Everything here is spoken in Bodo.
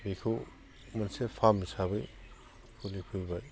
बेखौ मोनसे फार्म हिसाबै खुलिफैबाय